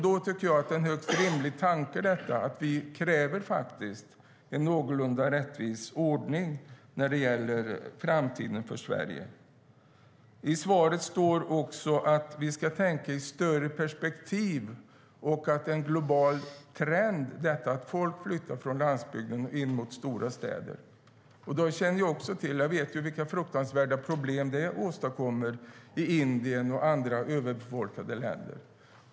Det är en högst rimlig tanke att kräva en någorlunda rättvis ordning när det gäller framtiden för Sverige. I svaret står också att vi ska tänka i ett större perspektiv och att det är en global trend att människor flyttar från landsbygden in mot stora städer. Jag vet vilka fruktansvärda problem det åstadkommer i Indien och i andra överbefolkade länder.